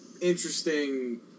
interesting